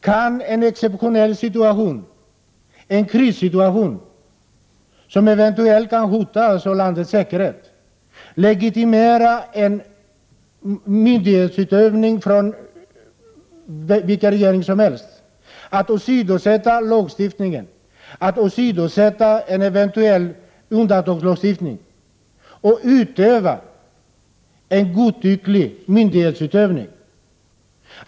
Kan en exceptionell situation, en krissituation, där landets säkerhet eventuellt var hotad, legitimera vilken regering som helst att åsidosätta lagstiftningen, att åsidosätta en eventuell undantagslagstiftning och ägna sig åt en godtycklig myndighetsutövning?